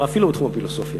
ואפילו בתחום הפילוסופיה.